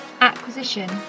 acquisition